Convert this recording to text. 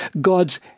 God's